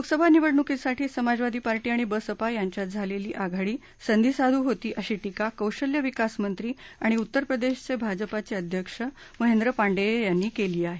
लोकसभा निवडणुकीसाठी समाजवादी पार्टी आणि बसपा यांच्यात झालेली आघाडी संघीसाधू होती अशी टीका कौशल्यविकास मंत्री आणि उत्तरप्रदेश भाजपाचे अध्यक्ष महेंद्र पांडेय यांनी केली आहे